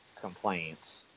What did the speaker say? complaints